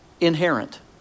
Inherent